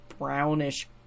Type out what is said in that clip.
Brownish